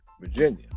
Virginia